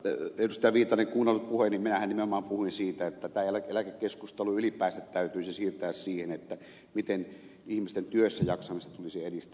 viitanen kuunnellut puheeni minähän nimenomaan puhuin siitä että tämä eläkekeskustelu ylipäänsä täytyisi siirtää siihen miten ihmisten työssäjaksamista tulisi edistää